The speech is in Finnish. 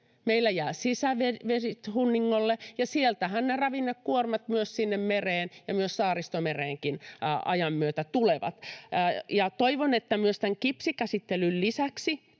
Meillä jää sisävesistöt hunningolle, ja sieltähän ne ravinnekuormat sinne mereen ja myös Saaristomereenkin ajan myötä tulevat. Toivon, että tämän kipsikäsittelyn lisäksi